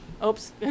Oops